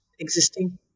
Existing